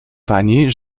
pani